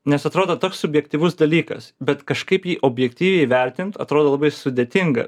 nes atrodo toks subjektyvus dalykas bet kažkaip jį objektyviai įvertint atrodo labai sudėtinga